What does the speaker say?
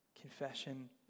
Confession